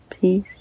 peace